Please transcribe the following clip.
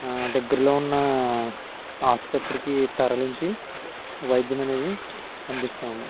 ఆ దగ్గరలో ఉన్న ఆసుపత్రికి తరలించి వైద్యం అనేది అందిస్తాము